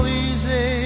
easy